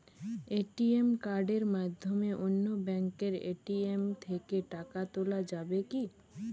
ATM কার্ডের মাধ্যমে অন্য ব্যাঙ্কের এ.টি.এম থেকে টাকা তোলা যাবে কি?